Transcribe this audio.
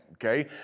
Okay